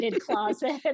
closet